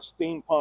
steampunk